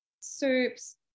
soups